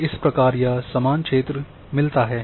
और इस प्रकार यह समान क्षेत्र मिलता है